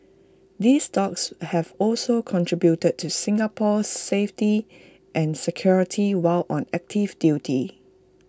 these dogs have also contributed to Singapore's safety and security while on active duty